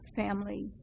family